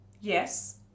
Yes